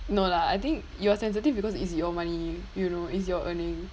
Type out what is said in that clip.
no lah I think you are sensitive because it's your money you know it's your earning